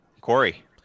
Corey